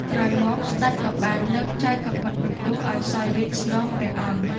ក្រោយមកស្ដេចក៏បានលើកចៅកាំបិតបន្ទោះឱ្យសោយរាជ្យស្នងព្រះអង្គ។